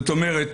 זאת אומרת,